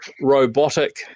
robotic